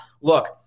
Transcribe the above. Look